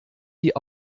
die